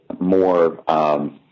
more –